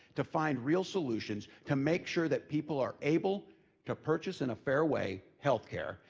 to find real solutions, to make sure that people are able to purchase in a fair way healthcare.